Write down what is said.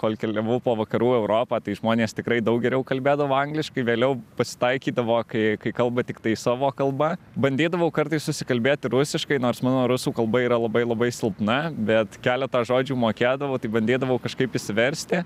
kol keliavau po vakarų europą tai žmonės tikrai daug geriau kalbėdavo angliškai vėliau pasitaikydavo kai kai kalba tiktai savo kalba bandydavau kartais susikalbėti rusiškai nors mano rusų kalba yra labai labai silpna bet keletą žodžių mokėdavau tai bandydavau kažkaip išsiversti